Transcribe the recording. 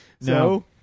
No